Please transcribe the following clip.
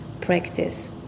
practice